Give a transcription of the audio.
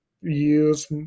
use